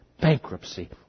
bankruptcy